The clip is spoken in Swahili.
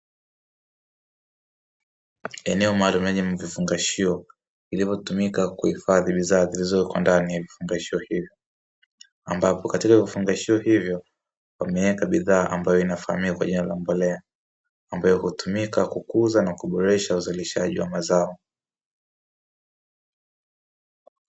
Eneo maalumu lenye vifungashio vilivyotumika kuhifadhi bidhaa zilizowekwa ndani ya vifungashio hivyo, ambapo katika vifungashio hivyo wameweka bidhaa ambayo inafahamika kwa jona la mbolea, ambayo hutumika kukuza na kuboresha uzalishaji wa mazao.